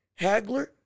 Hagler